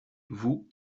vous